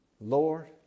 Lord